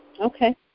Okay